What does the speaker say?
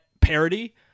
parody